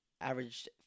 averaged